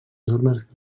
normes